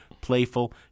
playful